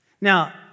Now